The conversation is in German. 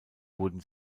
wurden